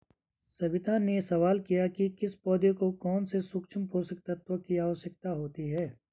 सविता ने सवाल किया कि किस पौधे को कौन से सूक्ष्म पोषक तत्व की आवश्यकता होती है